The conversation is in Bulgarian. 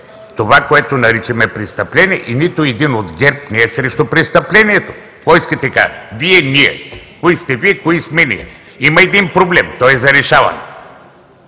това, което наричаме престъпление и нито един от ГЕРБ не е срещу престъплението. Какво искате да кажете: „Вие, ние“? Кои сте Вие, кои сме ние? Има един проблем, той е за решаване.